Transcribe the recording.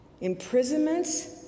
imprisonments